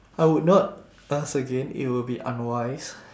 I would not ask again it would be unwise